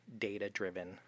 data-driven